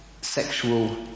sexual